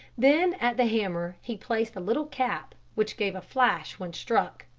then at the hammer he placed a little cap which gave a flash when struck.